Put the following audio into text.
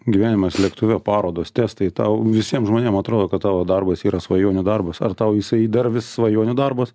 gyvenimas lėktuve parodos testai tau visiem žmonėm atrodo kad tavo darbas yra svajonių darbas ar tau jisai dar vis svajonių darbas